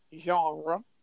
genre